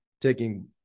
taking